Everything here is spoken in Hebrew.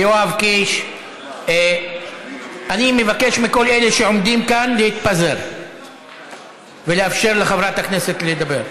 יואב קיש אני מבקש מכל אלה שעומדים כאן להתפזר ולאפשר לחברת הכנסת לדבר.